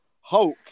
Hulk